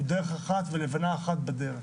הוא דרך אחת ולבנה אחת בדרך.